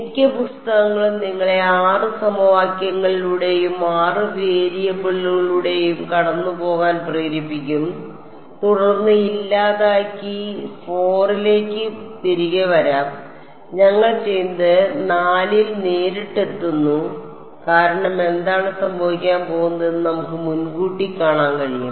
മിക്ക പുസ്തകങ്ങളും നിങ്ങളെ 6 സമവാക്യങ്ങളിലൂടെയും 4 വേരിയബിളുകളിലൂടെയും കടന്നുപോകാൻ പ്രേരിപ്പിക്കും തുടർന്ന് ഇല്ലാതാക്കി 4 ലേക്ക് തിരികെ വരാം ഞങ്ങൾ ചെയ്യുന്നത് 4 ൽ നേരിട്ട് എത്തുന്നു കാരണം എന്താണ് സംഭവിക്കാൻ പോകുന്നതെന്ന് നമുക്ക് മുൻകൂട്ടി കാണാൻ കഴിയും